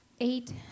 eight